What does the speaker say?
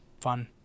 fun